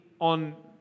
on